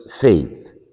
faith